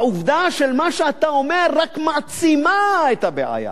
העובדה של מה שאתה אומר רק מעצימה את הבעיה.